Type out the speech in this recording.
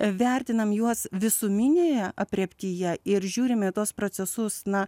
vertinam juos visuminėje aprėptyje ir žiūrime į tuos procesus na